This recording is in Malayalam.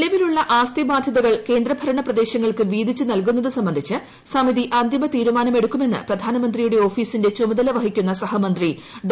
നിലവിലുള്ള ആസ്തി ബാധ്യതകൾ കേന്ദ്രഭരണ പ്രദേശങ്ങൾക്ക് വീതിച്ചു നൽകുന്നത് സംബന്ധിച്ച് സമിതി അന്തിമ തീരുമാനമെടുക്കുമെന്ന് പ്രധാന്മമന്ത്രിയുടെ ഓഫീസിന്റെ ചുമതല വഹിക്കുന്ന സഹമന്ത്രി ഡോ